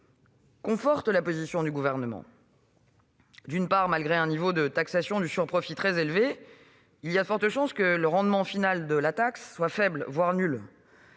conforte la position du Gouvernement. Malgré un niveau de taxation du sur-profit très élevé, il y a en effet de fortes chances que le rendement final de la taxe soit faible, voire nul.